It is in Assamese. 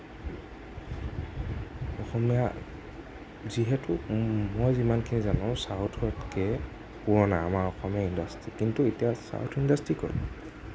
অসমীয়া যিহেতু মই যিমানখিনি জানোঁ চাউথতকে পুৰণা আমাৰ অসমীয়া ইণ্ডাষ্ট্ৰী কিন্তু এতিয়া চাউথ ইণ্ডাষ্ট্ৰী ক'ত